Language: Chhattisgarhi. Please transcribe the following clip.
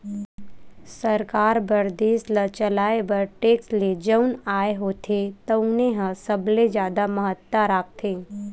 सरकार बर देस ल चलाए बर टेक्स ले जउन आय होथे तउने ह सबले जादा महत्ता राखथे